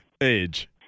Age